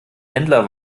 händler